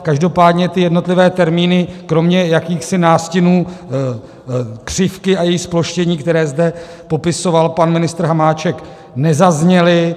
Každopádně ty jednotlivé termíny kromě jakýchsi nástinů křivky a její zploštění, které zde popisoval pan ministr Hamáček, nezazněly.